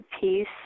peace